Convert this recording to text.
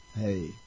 Hey